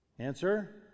Answer